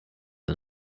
and